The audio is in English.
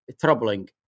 troubling